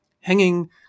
hanging